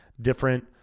different